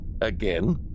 Again